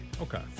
Okay